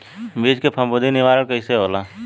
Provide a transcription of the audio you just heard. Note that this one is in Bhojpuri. बीज के फफूंदी निवारण कईसे होला?